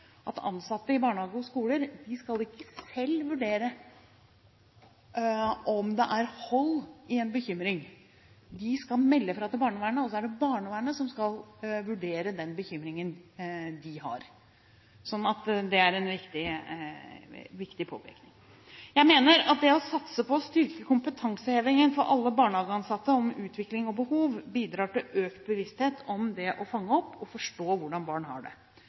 at ansatte i barnehager og skoler ikke selv skal vurdere om det er hold i en bekymring. De skal melde fra til barnevernet, og så er det barnevernet som skal vurdere den bekymringen de har. Det er en viktig påpekning. Jeg mener at det å satse på å styrke kompetansehevingen for alle barnehageansatte om utvikling og behov bidrar til økt bevissthet om det å fange opp og forstå hvordan barn har det.